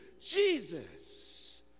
Jesus